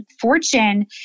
fortune